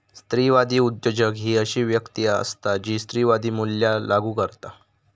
स्त्रीवादी उद्योजक ही अशी व्यक्ती असता जी स्त्रीवादी मूल्या लागू करता